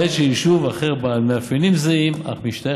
בעת שיישוב אחר בעל מאפיינים זהים המשתייך